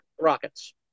Rockets